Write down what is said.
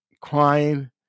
crying